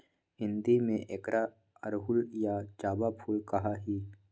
हिंदी में एकरा अड़हुल या जावा फुल कहा ही